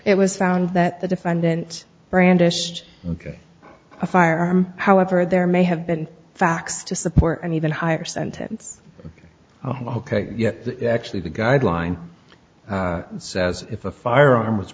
it was found that the defendant brandished a firearm however there may have been facts to support an even higher sentence oh ok yet the actually the guideline says if a firearm was